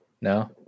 No